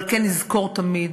על כן נזכור תמיד